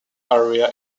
area